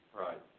Right